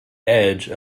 edge